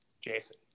Jason